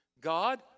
God